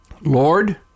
Lord